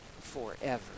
forever